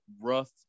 rough